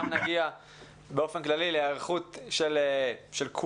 אנחנו גם נגיע באופן כללי להיערכות של כולנו,